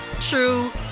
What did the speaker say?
true